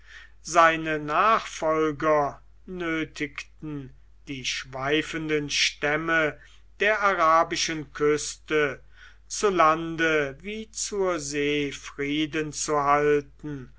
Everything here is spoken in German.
seine nachfolger nötigten die schweifenden stämme der arabischen küste zu lande wie zur see frieden zu halten